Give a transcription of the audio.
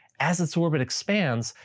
as its orbit expands,